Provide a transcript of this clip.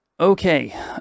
Okay